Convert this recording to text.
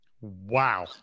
Wow